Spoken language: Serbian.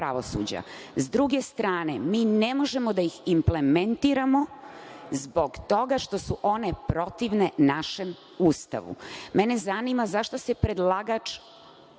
S druge strane, mi ne možemo da ih implementiramo zbog toga što su one protivne našem Ustavu. Mene zanima zašto se predlagač